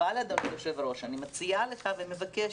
אבל אדוני היו"ר, אני מציעה לך ומבקשת